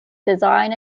design